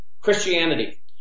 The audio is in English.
Christianity